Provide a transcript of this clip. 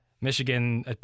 Michigan